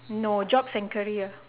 no jobs and career